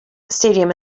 stadium